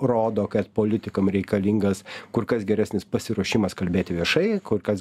rodo kad politikam reikalingas kur kas geresnis pasiruošimas kalbėti viešai kur kas